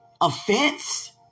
offense